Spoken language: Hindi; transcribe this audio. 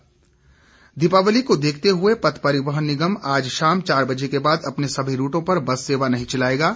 एचआरटीसी सुविधा दीपावली को देखते हुए पथ परिवहन निगम आज शाम चार बजे के बाद अपने सभी रूटों पर बस सेवा नहीं चलाएंगा